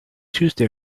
tuesday